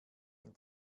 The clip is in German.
ihn